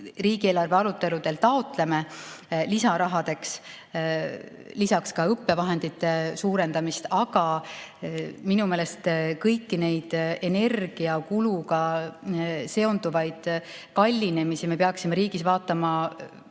riigieelarve aruteludel taotleme lisaraha, lisaks õppevahendite [hulga] suurendamisele. Minu meelest kõiki neid energiakuluga seonduvaid kallinemisi me peaksime riigis vaatama